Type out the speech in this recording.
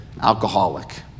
alcoholic